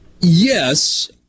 Yes